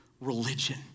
religion